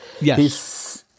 Yes